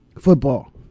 football